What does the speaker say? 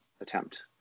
attempt